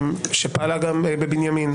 4 כתבי אישום, 626 תיקים בכלל ו-47 מחכים להחלטה.